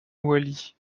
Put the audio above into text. wally